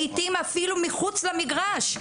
לעתים אפילו מחוץ למגרש.